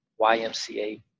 YMCA